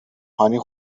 هانی